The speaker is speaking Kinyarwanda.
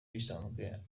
bisanzwe